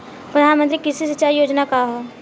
प्रधानमंत्री कृषि सिंचाई योजना का ह?